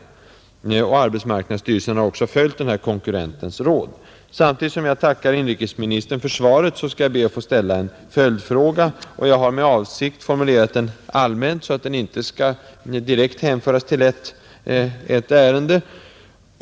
Arbets marknadsstyrelsen har också följt denna konkurrents råd och avslagit framställningen. Samtidigt som jag tackar inrikesministern för svaret skall jag be att få ställa en följdfråga. Jag har med avsikt formulerat den allmänt, så att den inte skall direkt hänföras till ett ärende.